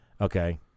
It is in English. Okay